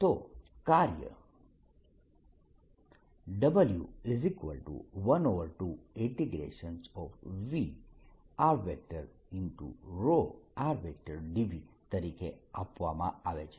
તો કાર્ય W12VrrdVતરીકે આપવામાં આવે છે